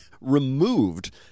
removed